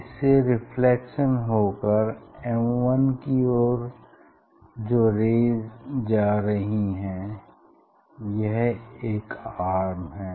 इससे रिफ्लेक्शन होकर M1 की ओर जो रेज़ जा रही हैं यह एक आर्म है